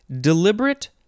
deliberate